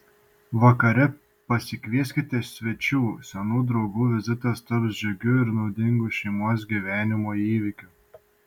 vakare pasikvieskite svečių senų draugų vizitas taps džiugiu ir naudingu šeimos gyvenimo įvykiu